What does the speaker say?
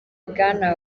bwana